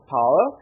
power